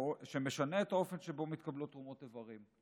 שמשנה את האופן שבו מתקבלות תרומות איברים.